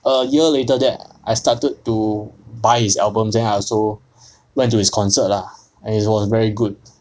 a year later that I started to buy his album then I also went to his concert lah and it was very good